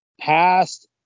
Past